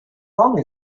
long